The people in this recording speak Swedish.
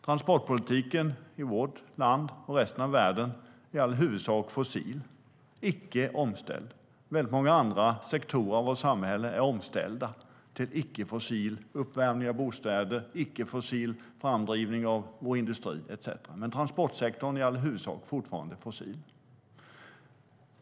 Transportsektorn i vårt land och resten av världen är i all huvudsak fossil och icke omställd. Väldigt många andra sektorer av vårt samhälle är omställda. Det gäller till exempel icke-fossil uppvärmning av bostäder, icke-fossil framdrivning inom vår industri etcetera. Men transportsektorn är i all huvudsak fortfarande fossil.